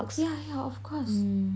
yeah yeah of course